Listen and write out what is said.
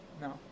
no